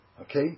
Okay